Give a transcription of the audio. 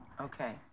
Okay